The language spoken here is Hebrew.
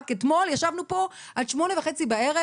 רק אתמול ישבנו פה עד שמונה וחצי בערב,